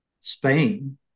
Spain